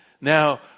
Now